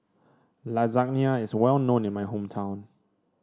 lasagna is well known in my hometown